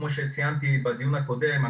כמו שציינתי בדיון הקודם,